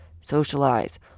socialize